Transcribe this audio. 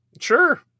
Sure